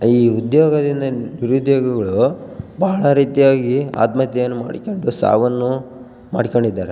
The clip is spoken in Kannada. ಈ ಉದ್ಯೋಗದಿಂದ ಏನು ನಿರುದ್ಯೋಗಿಗಳು ಬಹಳ ರೀತಿಯಾಗಿ ಆತ್ಮಹತ್ಯೆಯನ್ನು ಮಾಡ್ಕೊಂಡು ಸಾವನ್ನು ಮಾಡ್ಕೊಂಡಿದ್ದಾರೆ